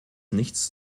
nichts